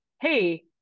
hey